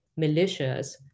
militias